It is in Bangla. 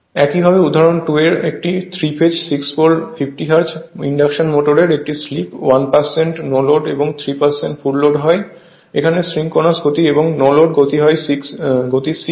একইভাবে উদাহরণ 2 হল একটি 3 ফেজ 6 পোল 50 হার্জ ইন্ডাকশন মোটরের একটি স্লিপ 1 নো লোড এবং 3 ফুল লোড হয়। এখানে সিনক্রোনাস গতি b এবং নো লোডের গতি c হয়